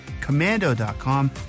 commando.com